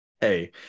Hey